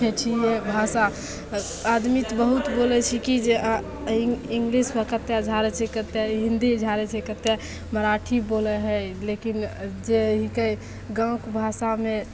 ठेठिये भाषा आदमी तऽ बहुत बोलै छिकी जे आ इंग्लिशमे कत्तए झाड़ै छै कतेक हिन्दी झाड़ै छै कतेक मराठी बोलै हइ लेकिन जे हिकै गाँवके भाषामे